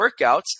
workouts